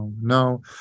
No